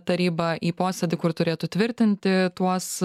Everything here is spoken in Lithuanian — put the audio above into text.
taryba į posėdį kur turėtų tvirtinti tuos